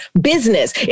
business